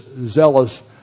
zealous